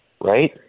right